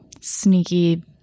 sneaky